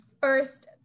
first